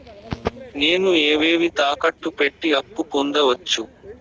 నేను ఏవేవి తాకట్టు పెట్టి అప్పు పొందవచ్చు?